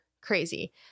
crazy